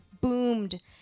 boomed